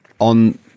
on